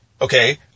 Okay